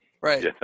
right